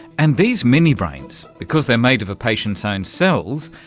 and these mini-brains, because they're made of a patient's own cells,